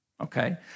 okay